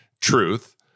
truth